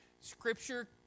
Scripture